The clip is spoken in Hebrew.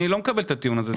אני לא מקבל את הטיעון הזה,